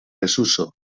desuso